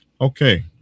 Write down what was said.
okay